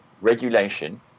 regulation